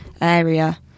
area